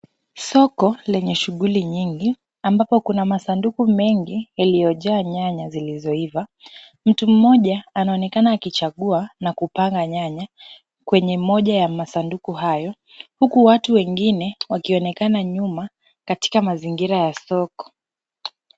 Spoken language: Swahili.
Soko lenye shughuli nyingi ambapo kuna masanduku mengi yaliyojaa nyanya zilizoivaa mtu mmoja anaonekana akichagua na kupanga nyanya kwenye moja ya masanduku hayo . Huku watu wengine wakionekana nyuma katika mazingira ya soko.